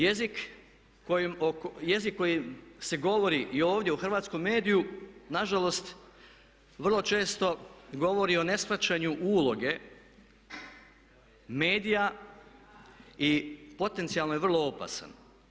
Jezik koji se govori i ovdje u hrvatskom mediju nažalost vrlo često govori o ne shvaćanju uloge medija i potencijalno je vrlo opasan.